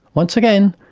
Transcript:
once again,